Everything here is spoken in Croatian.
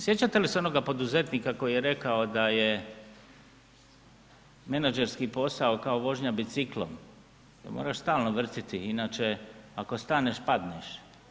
Sjećate li se onoga poduzetnika koji je rekao da je menadžerski posao kao vožnja biciklom gdje moraš stalno vrtiti inače ako staneš padneš.